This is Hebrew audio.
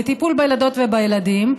בטיפול בילדות ובילדים,